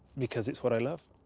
because it's what i love.